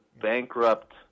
bankrupt